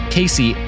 Casey